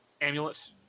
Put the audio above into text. amulet